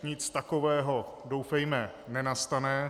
Nic takového doufejme nenastane.